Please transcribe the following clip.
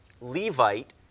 Levite